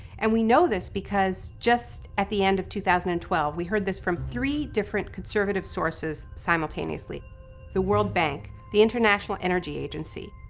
and we know this because just at the end of two thousand and twelve we heard this from three different conservative sources simultaneously the world bank, the international energy agency,